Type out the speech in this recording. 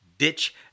Ditch